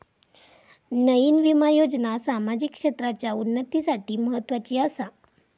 नयीन विमा योजना सामाजिक क्षेत्राच्या उन्नतीसाठी म्हत्वाची आसा